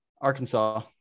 Arkansas